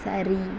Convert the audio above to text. சரி